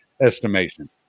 estimation